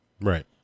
Right